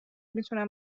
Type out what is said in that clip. میتونم